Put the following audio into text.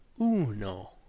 uno